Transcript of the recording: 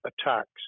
attacks